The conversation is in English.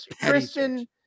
Christian